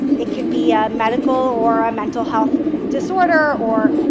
it could be a medical or a mental health disorder or